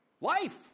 Life